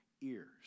ears